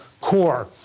core